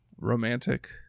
romantic